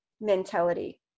mentality